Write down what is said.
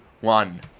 one